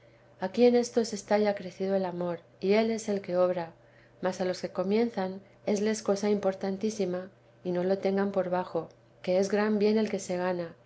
aquí en éstos está ya crecido el amor y él es el que obra mas a los que comienzan esles cosa importantísima y no lo tengan por bajo que es gran bien el que se gana